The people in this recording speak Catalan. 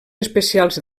especials